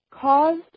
caused